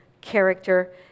character